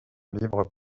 libres